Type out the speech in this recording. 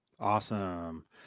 awesome